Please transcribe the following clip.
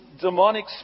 demonic